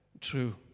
true